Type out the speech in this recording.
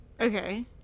Okay